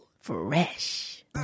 Fresh